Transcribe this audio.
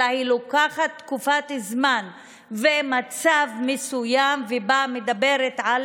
אלא היא לוקחת תקופת זמן ומצב מסוים ומדברת על